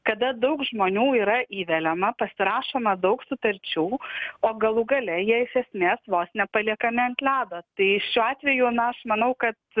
kada daug žmonių yra įveliama pasirašoma daug sutarčių o galų gale jie iš esmės vos nepaliekami ant ledo tai šiuo atveju na aš manau kad